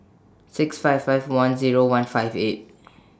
six five five one Zero one five eight